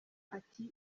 ati